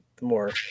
more